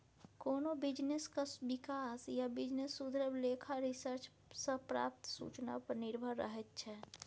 कोनो बिजनेसक बिकास या बिजनेस सुधरब लेखा रिसर्च सँ प्राप्त सुचना पर निर्भर रहैत छै